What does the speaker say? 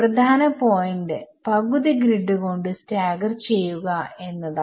പ്രധാന പോയിന്റ് പകുതി ഗ്രിഡ് കൊണ്ട് സ്റ്റാഗർ ചെയ്യുക എന്നതാണ്